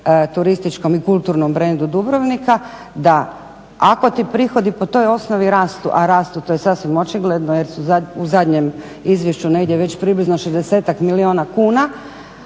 turističkom i kulturnom brendu Dubrovnika, da ako ti prihodi po toj osnovi rastu, a rastu to je sasvim očigledno jer su u zadnjem izvješću negdje već približno 60-tak milijuna kuna,